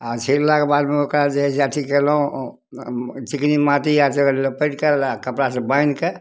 आओर छिललाके बादमे ओकरा जे हइ से अथी कएलहुँ चिकनी माटी आरसे ओकरा लपेटिके कपड़ासे बान्हिके